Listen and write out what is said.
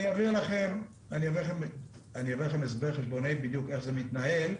אני אעביר לכם הסבר חשבונאי בדיוק איך זה מתנהל.